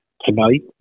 tonight